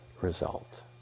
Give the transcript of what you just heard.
result